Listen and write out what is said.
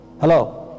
Hello